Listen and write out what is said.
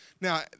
Now